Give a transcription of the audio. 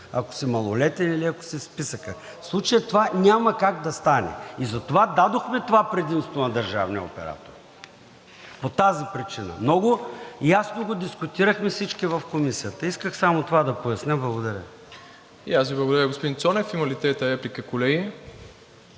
ако си малолетен или ако си в списъка. В случая това няма как да стане, затова дадохме това предимство на държавния оператор по тази причина. Много ясно го дискутирахме всички в Комисията. Исках само това да поясня. Благодаря Ви. ПРЕДСЕДАТЕЛ МИРОСЛАВ ИВАНОВ: И аз Ви благодаря, господин Цонев. Има ли трета реплика, колеги?